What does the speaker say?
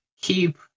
keep